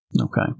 Okay